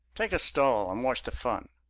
take a stall and watch the fun.